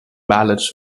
ballots